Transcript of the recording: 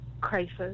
crisis